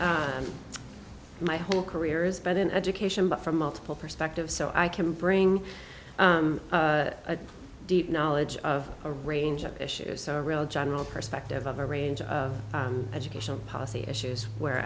n my whole careers but in education but from multiple perspectives so i can bring a deep knowledge of a range of issues so a real general perspective of a range of educational policy issues where